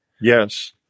Yes